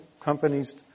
companies